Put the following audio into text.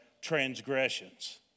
transgressions